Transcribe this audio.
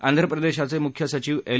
आंध्र प्रदेशाचे मुख्य सचिव एल